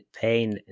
pain